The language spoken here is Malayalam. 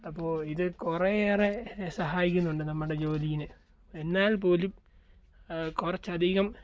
അപ്പോൾ ഇത് കുറേയേറെ സഹായിക്കുന്നുണ്ട് നമ്മുടെ ജോലിയെ എന്നാൽ പോലും കുറച്ചധികം